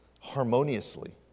harmoniously